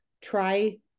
try